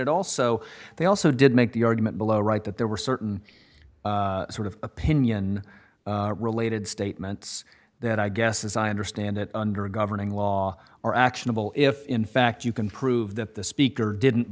it also they also did make the argument below right that there were certain sort of opinion related statements that i guess as i understand it under a governing law are actionable if in fact you can prove that the speaker didn't